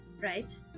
right